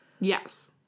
Yes